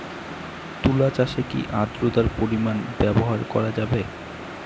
তুলা চাষে কি আদ্রর্তার পরিমাণ ব্যবহার করা যাবে?